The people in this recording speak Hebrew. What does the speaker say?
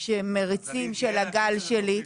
שהם מריצים של "הגל שלי".